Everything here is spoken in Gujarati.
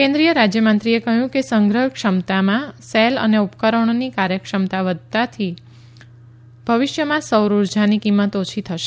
કેન્દ્રીય રાજ્ય મંત્રીએ કહ્યું કે સંગ્રહ ક્ષમતામાં સેલ અને ઉપકરણોની કાર્યક્ષમતા વધવાથી ભવિષ્યમાં સૌર ઉર્જાની કિંમત ઓછી થશે